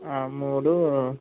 ఆ మూడు